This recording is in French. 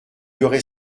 aurait